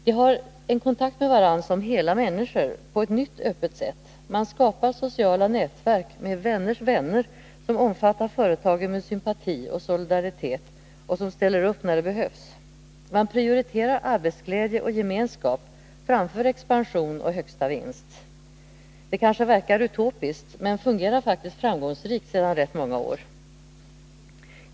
De har en kontakt med varandra som hela människor, på ett nytt öppet sätt. Man skapar sociala nätverk med is1 vänners vänner, som omfattar företagen med sympati och solidaritet och som ställer upp när det behövs. Man prioriterar arbetsglädje och gemenskap framför expansion och högsta vinst. Det kanske verkar utopiskt men fungerar faktiskt framgångsrikt sedan rätt många år.